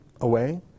away